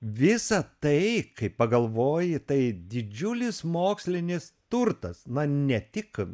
visa tai kai pagalvoji tai didžiulis mokslinis turtas na ne tik